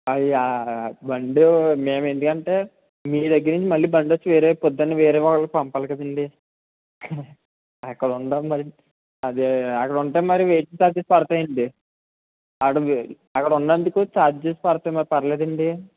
అయ్యా బండి మేము ఎందుకంటే మీ దగ్గర నుంచి మళ్ళీ బండి వచ్చి వేరే ప్రొద్దునే వేరేవాళ్ళకి పంపాలి కదండీ అక్కడ ఉంటాము మరి అది అక్కడ ఉంటే మరి అది వెయిటింగ్ చార్జెస్ పడతాయి అండి అక్కడికి అక్కడ ఉన్నందుకు చార్జెస్ పడతాయి మరి పర్లేదా అండి